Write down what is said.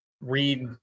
read